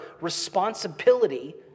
responsibility